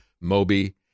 Moby